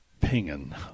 pinging